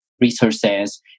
resources